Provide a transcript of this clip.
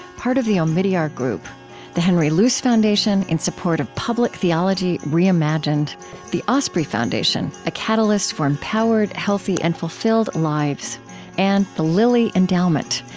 part of the omidyar group the henry luce foundation, in support of public theology reimagined the osprey foundation a catalyst for empowered, healthy, and fulfilled lives and the lilly endowment,